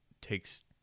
takes